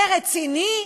זה רציני?